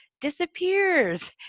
disappears